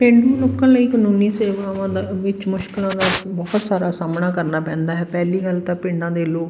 ਪੇਂਡੂ ਲੋਕਾਂ ਲਈ ਕਾਨੂੰਨੀ ਸੇਵਾਵਾਂ ਦਾ ਵਿੱਚ ਮੁਸ਼ਕਿਲਾਂ ਦਾ ਬਹੁਤ ਸਾਰਾ ਸਾਹਮਣਾ ਕਰਨਾ ਪੈਂਦਾ ਹੈ ਪਹਿਲੀ ਗੱਲ ਤਾਂ ਪਿੰਡਾਂ ਦੇ ਲੋਕ